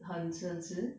很迟很迟